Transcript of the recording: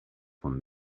von